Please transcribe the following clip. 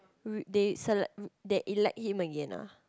they select they elect him again ah